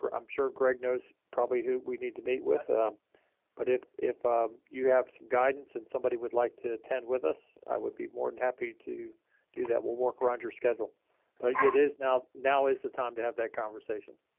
i'm sure greg knows probably who we need to meet with. ah but if if ah you have some guidance and somebody would like to attend with us, i would be more than happy to do that. we'll work around your schedule but it is now, now is the time to have that conversation.